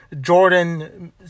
Jordan